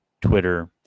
Twitter